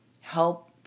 help